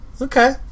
Okay